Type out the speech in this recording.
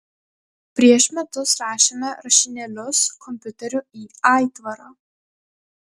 prieš metus rašėme rašinėlius kompiuteriu į aitvarą